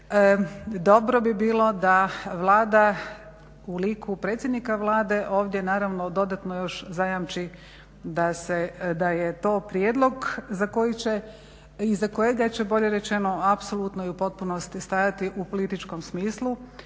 dobro bi bilo da Vlada u liku predsjednika Vlade ovdje naravno dodatno još zajamči da je to prijedlog za koji će, iza kojega će bolje rečeno apsolutno i u potpunosti stajati u političkom smislu.